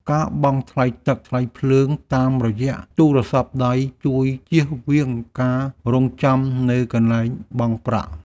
ការបង់ថ្លៃទឹក ថ្លៃភ្លើង តាមរយៈទូរស័ព្ទដៃ ជួយចៀសវាងការរង់ចាំនៅកន្លែងបង់ប្រាក់។